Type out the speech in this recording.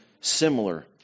similar